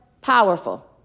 powerful